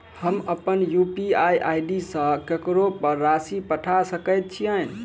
हम अप्पन UPI ID सँ ककरो पर राशि पठा सकैत छीयैन?